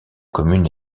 commune